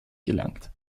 gelangt